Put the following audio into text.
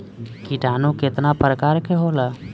किटानु केतना प्रकार के होला?